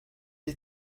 est